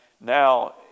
now